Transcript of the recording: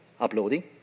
uploading